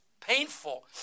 painful